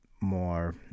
more